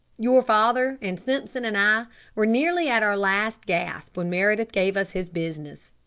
your father and simpson and i were nearly at our last gasp when meredith gave us his business.